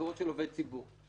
עובד ציבור.